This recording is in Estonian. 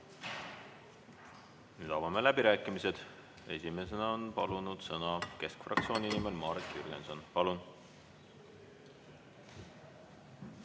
Nüüd avame läbirääkimised. Esimesena on palunud sõna keskfraktsiooni nimel Marek Jürgenson. Palun!